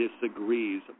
disagrees